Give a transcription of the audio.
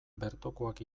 bertokoak